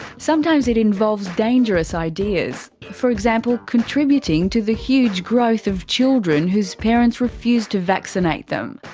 sometimes it involves dangerous ideas for example, contributing to the huge growth of children whose parents refuse to vaccinate them.